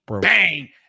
Bang